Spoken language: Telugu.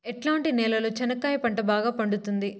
ఎట్లాంటి నేలలో చెనక్కాయ పంట బాగా పండుతుంది?